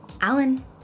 Alan